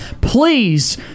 Please